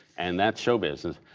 and that's showbiz.